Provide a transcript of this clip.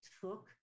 took